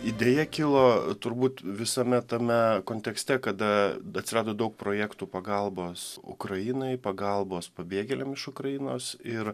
idėja kilo turbūt visame tame kontekste kada atsirado daug projektų pagalbos ukrainai pagalbos pabėgėliam iš ukrainos ir